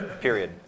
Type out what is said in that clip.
Period